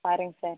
பாருங்க சார்